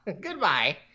Goodbye